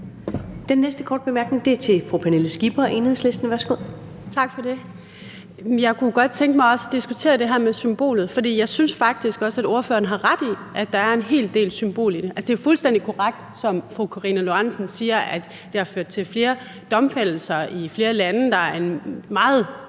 Den næste korte bemærkning er fra fru Pernille Skipper, Enhedslisten. Værsgo. Kl. 12:36 Pernille Skipper (EL): Tak for det. Jeg kunne godt tænke mig også at diskutere det her om symbolet. For jeg synes faktisk også, at ordføreren har ret i, der er en hel del symbol i det. Altså, det er fuldstændig korrekt, hvad fru Karina Lorentzen siger, nemlig at det har ført til flere domfældelser i flere lande. Der er en meget